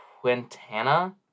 Quintana